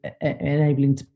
enabling